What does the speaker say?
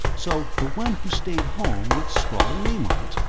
so the one who stayed home would scrawl a name on it,